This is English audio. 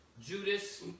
Judas